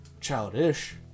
childish